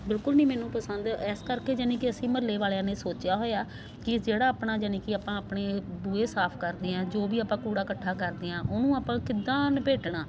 ਬਿਲਕੁਲ ਨਹੀਂ ਮੈਨੂੰ ਪਸੰਦ ਇਸ ਕਰਕੇ ਯਾਨੀ ਕਿ ਅਸੀਂ ਮੁਹੱਲੇ ਵਾਲਿਆਂ ਨੇ ਸੋਚਿਆ ਹੋਇਆ ਕਿ ਜਿਹੜਾ ਆਪਣਾ ਯਾਨੀ ਕਿ ਆਪਾਂ ਆਪਣੇ ਬੂਹੇ ਸਾਫ਼ ਕਰਦੇ ਹਾਂ ਜੋ ਵੀ ਆਪਾਂ ਕੂੜਾ ਇਕੱਠਾ ਕਰਦੇ ਹਾਂ ਉਹਨੂੰ ਆਪਾਂ ਕਿੱਦਾਂ ਲਪੇਟਣਾ